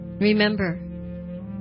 Remember